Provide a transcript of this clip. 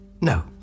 No